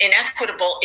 inequitable